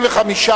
להצביע.